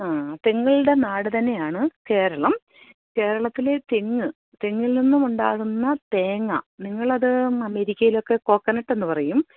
ആ തെങ്ങുകളുടെ നാട് തന്നെയാണ് കേരളം കേരളത്തിലെ തെങ്ങ് തെങ്ങിൽ നിന്നും ഉണ്ടാകുന്ന തേങ്ങ നിങ്ങളത് അമേരിക്കയിലൊക്കെ കോക്കനട്ട് എന്ന് പറയും